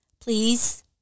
please